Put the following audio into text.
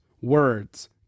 words